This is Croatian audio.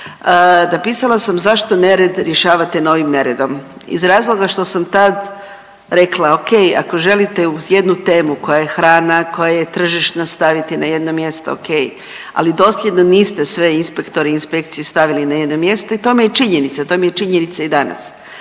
napisala sam zašto nered rješavate novim neredom, iz razloga što sam tad rekla ok, ako želite u jednu temu koja je hrana, koja je tržišna staviti na jedno mjesto ok, ali dosljedno niste sve inspektore inspekcije stavili na jedno mjesto i to vam je činjenica, to